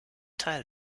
teil